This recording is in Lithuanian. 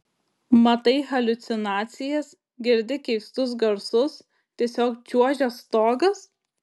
matai haliucinacijas girdi keistus garsus tiesiog čiuožia stogas